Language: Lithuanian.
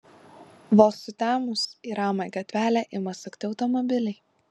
vos sutemus į ramią gatvelę ima sukti automobiliai